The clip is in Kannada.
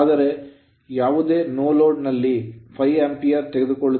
ಆದರೆ ಯಾವುದೇ ನೋಲೋಡ್ ನಲ್ಲಿ 5 Ampere ಆಂಪಿರೆಯನ್ನು ತೆಗೆದುಕೊಳ್ಳುತ್ತಿದೆ